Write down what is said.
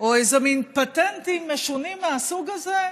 או איזה מין פטנטים משונים מהסוג הזה,